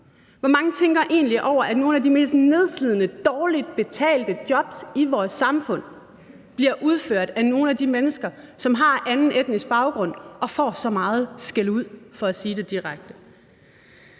Hvor mange tænker egentlig over, at nogle af de mest nedslidende og dårligt betalte jobs i vores samfund bliver udført af nogle af de mennesker, som har anden etnisk baggrund, og som får så meget skældud,